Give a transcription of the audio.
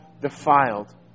defiled